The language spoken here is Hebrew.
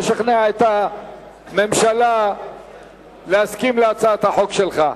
לשכנע את הממשלה להסכים להצעת החוק שלך.